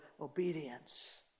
obedience